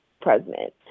president